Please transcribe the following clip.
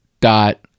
dot